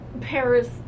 Paris